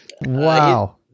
Wow